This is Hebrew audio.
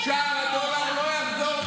אתה טועה.